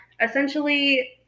essentially